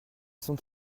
sont